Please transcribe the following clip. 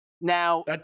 Now